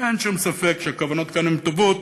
אין שום ספק שהכוונות כאן הן טובות.